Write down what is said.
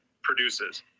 produces